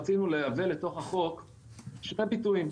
רצינו לייבא לתוך החוק שני ביטויים: